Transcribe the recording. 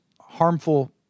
harmful